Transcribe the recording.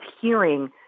hearing